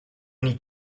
only